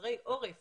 מחוסרי עורף